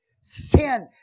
Sin